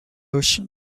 ocean